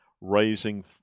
raising